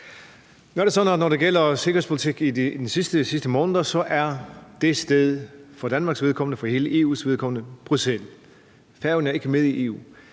når det gælder sikkerhedspolitik i de sidste måneder, er det sted for Danmarks vedkommende og for EU's vedkommende Bruxelles. Færøerne er ikke med i EU.